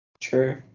true